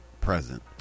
present